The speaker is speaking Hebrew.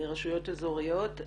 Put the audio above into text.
רשויות אזוריות.